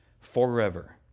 forever